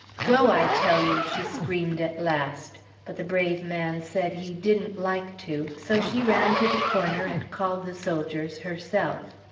go! i tell you! she screamed at last but the brave man said he didn't like to, so she ran to the corner and called the soldiers herself.